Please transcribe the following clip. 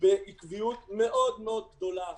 בעקביות מאוד מאוד גדולה